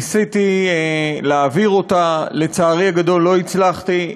ניסיתי להעביר אותה, לצערי הגדול לא הצלחתי.